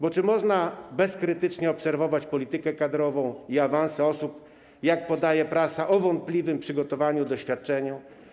Bo czy można bezkrytycznie obserwować politykę kadrową i awanse osób, jak podaje prasa, o wątpliwym przygotowaniu i doświadczeniu?